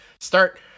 Start